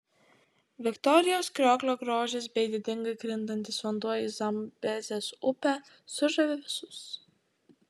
viktorijos krioklio grožis bei didingai krintantis vanduo į zambezės upę sužavi visus